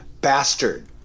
bastard